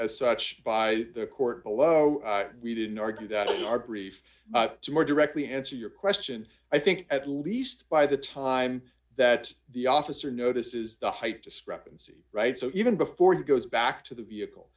as such by the court below we didn't argue that in our brief but to more directly answer your question i think at least by the time that the officer notices the height discrepancy right so even before he goes back to the vehicle